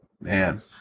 man